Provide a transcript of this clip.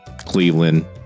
cleveland